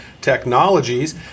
technologies